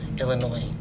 Illinois